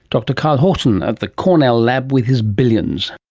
dr kyle horton of the cornell lab with his billions